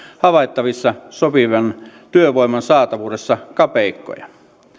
havaittavissa sopivan työvoiman saatavuudessa kapeikkoja